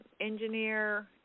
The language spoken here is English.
engineer